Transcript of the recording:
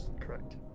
Correct